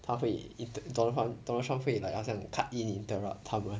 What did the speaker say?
他会 if dona~ donald trump 会 like 好像会 cut in interrupt 他们